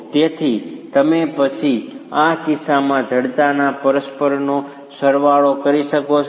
તેથી તમે પછી આ કિસ્સામાં જડતાના પરસ્પરનો સરવાળો કરી શકો છો